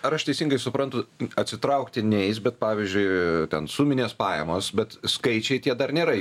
ar aš teisingai suprantu atsitraukti neis bet pavyzdžiui ten suminės pajamos bet skaičiai tie dar nėra